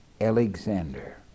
Alexander